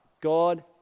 God